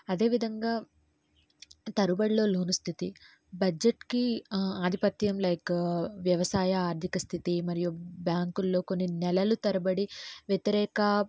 అదేవిధంగా తరబడిలో లోను స్థితి బడ్జెట్కి ఆధిపత్యం లైక్ వ్యవసాయ ఆర్థిక స్థితి మరియు బ్యాంకుల్లో కొన్ని నెలలు తరబడి వ్యతిరేక